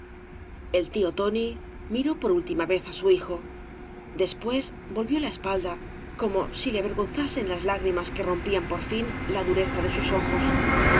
el tío tóoi miró por última vez á su hijo después volvió la espalda como si le avergonzasen las lágrimas que rompían por fio la dureza